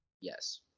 Yes